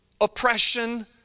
oppression